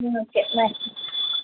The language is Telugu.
okay bye